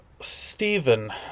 Stephen